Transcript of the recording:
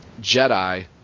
Jedi